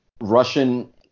Russian